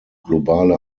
globale